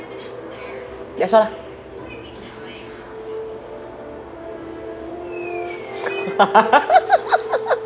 that's all lah